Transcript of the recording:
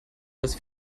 dass